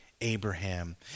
Abraham